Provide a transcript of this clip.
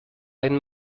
einen